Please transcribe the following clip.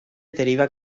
deriva